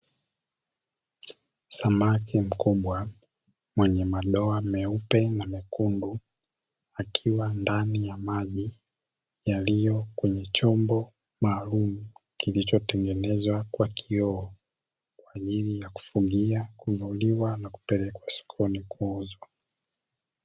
Samaki mkubwa mwenye madoa meupe na mekundu akiwa ndani ya maji yaliyo kwenye chombo maalumu kilichotengenezwa kwa kioo kwa ajili ya kufugia, kuvuliwa, na kupelekwa sokoni kuuzwa.